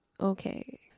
okay